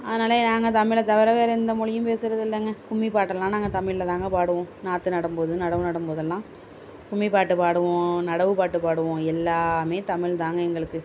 அதனால் நாங்கள் தமிழை தவிர வேறு எந்த மொழியும் பேசுறது இல்லைங்க கும்மிப்பாட்டெல்லாம் நாங்கள் தமிழில்தாங்க பாடுவோம் நாற்று நடும்போது நடவு நடும்போதெல்லாம் கும்மிப்பாட்டு பாடுவோம் நடவுப்பாட்டு பாடுவோம் எல்லாமே தமிழ்தாங்க எங்களுக்கு